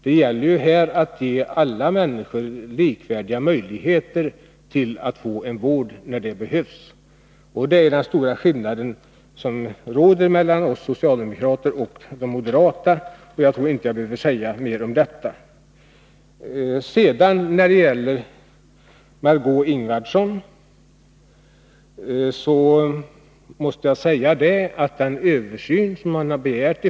Det gäller ju att ge alla människor likvärdiga möjligheter till vård när sådan behövs. Det är här den stora skillnaden finns mellan oss socialdemokrater och moderaterna, och jag tror inte att jag behöver säga mer om detta. Margé Ingvardsson talade om den översyn av högkostnadsskyddets utformning som vpk har begärt.